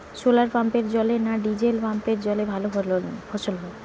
শোলার পাম্পের জলে না ডিজেল পাম্পের জলে ভালো ফসল হয়?